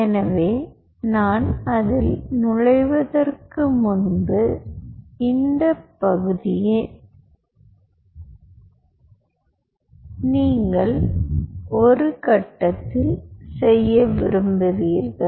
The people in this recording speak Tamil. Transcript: எனவே நான் அதில் நுழைவதற்கு முன்பு இந்த பகுதியை நீங்கள் ஒரு கட்டத்தில் நீங்கள் செய்ய விரும்புவீர்கள்